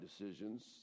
decisions